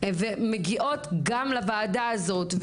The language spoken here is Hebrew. ומגיעות גם לוועדה הזאת,